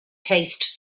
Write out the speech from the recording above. taste